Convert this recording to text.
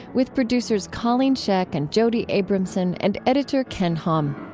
with producers colleen scheck and jody abramson and editor ken hom.